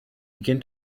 begin